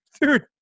dude